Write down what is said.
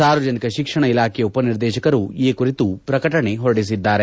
ಸಾರ್ವಜನಿಕ ಶಿಕ್ಷಣ ಇಲಾಖೆಯ ಉಪನಿರ್ದೇಶಕರು ಈ ಕುರಿತು ಪ್ರಕಟಣೆ ಹೊರಡಿಸಿದ್ದಾರೆ